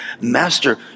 Master